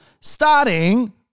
starting